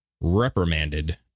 reprimanded